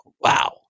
Wow